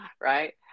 right